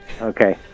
Okay